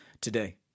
today